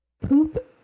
poop